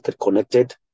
connected